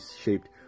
shaped